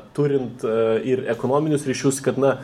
turint ir ekonominius ryšius kad na